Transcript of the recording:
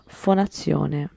fonazione